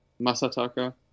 Masataka